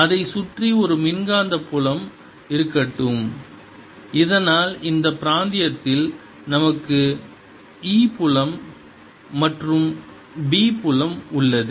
அதைச் சுற்றி ஒரு மின்காந்த புலம் இருக்கட்டும் இதனால் இந்த பிராந்தியத்தில் நமக்கு E புலம் மற்றும் B புலம் உள்ளது